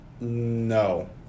No